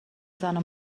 زنه